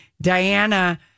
Diana